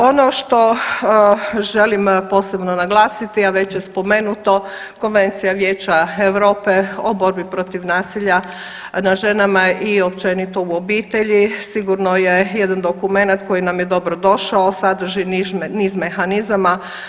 Ono što želim posebno naglasiti, a već je spomenuto Konvencija Vijeća Europe o borbi protiv nasilja nad ženama i općenito u obitelji sigurno je jedan dokumenat koji nam je dobro došao, a sadrži niz mehanizama.